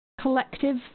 collective